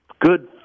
good